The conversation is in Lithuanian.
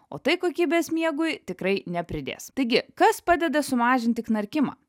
o tai kokybės miegui tikrai nepridės taigi kas padeda sumažinti knarkimą